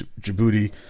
Djibouti